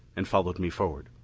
and followed me forward.